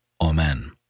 Amen